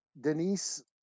Denise